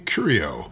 Curio